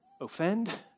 offend